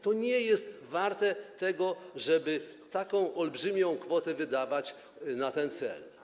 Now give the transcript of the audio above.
To nie jest warte tego, żeby taką olbrzymią kwotę wydawać na ten cel.